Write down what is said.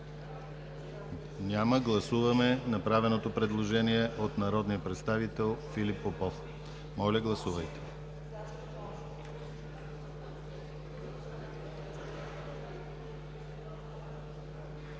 Няма. Гласуваме, направеното предложение от народния представител Филип Попов. Гласували 165